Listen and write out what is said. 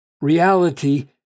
reality